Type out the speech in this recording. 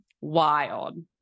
wild